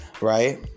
Right